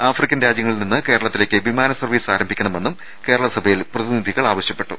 African രാജ്യങ്ങളിൽ നിന്ന് കേരളത്തിലേക്ക് വിമാന സർവ്വീസ് ആരംഭിക്കണമെന്നും കേരളസഭയിൽ പ്രതി നിധികൾ ആവശ്യപ്പെട്ടു